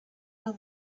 tell